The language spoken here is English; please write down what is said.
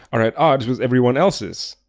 are at odds with everyone else's.